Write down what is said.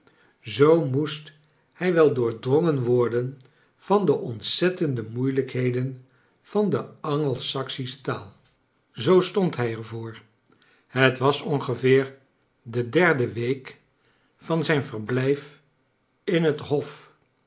zoo moest hij wel doordrongen worden van de ontzettende moeilijkheden van de ingel saksische taal zoo stond hij er voor het was ongeveer de derde week van zijn verblijf in het hof